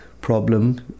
problem